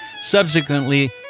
subsequently